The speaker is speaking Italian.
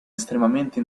estremamente